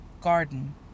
garden